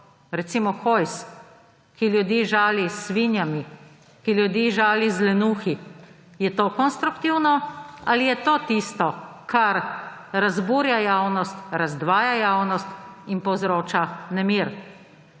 Recimo Hojs, ki ljudi žali s svinjami, ki ljudi žali z lenuhi. Je to konstruktivno ali je to tisto, kar razburja javnost, razdvaja javnost in povzroča nemir?